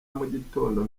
mugitondo